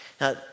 Now